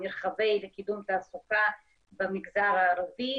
לקידום תעסוקה במגזר הערבי,